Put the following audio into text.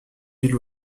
ville